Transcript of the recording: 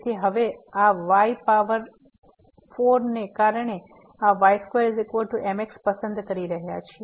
તેથી હવે અહીં આ y પાવર 4 ને કારણે આ y2mx પસંદ કરી રહ્યા છીએ